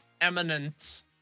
eminent